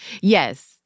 Yes